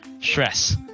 stress